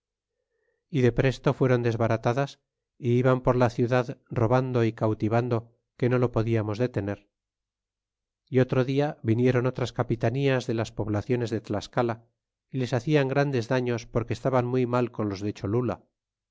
y depresto fueron desbaratadas y iban por la ciudad robando y cautivando que no los podiamos detener y otro dia viniéron c tras capitanías de las poblaciones de tlascala y les hacían grandes daños porque estaban muy mal con los de cholula